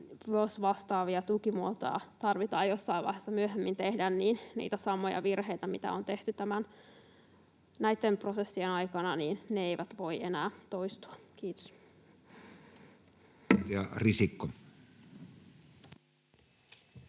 vastaavia tukimuotoja tarvitaan jossain vaiheessa myöhemmin tehdä, niin ne samat virheet, mitä on tehty näiden prosessien aikana, eivät voi enää toistua. — Kiitos. Edustaja Risikko.